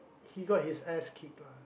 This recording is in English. he got his ass kicked